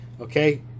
Okay